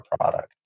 product